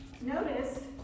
Notice